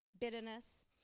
bitterness